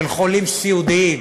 של חולים סיעודיים,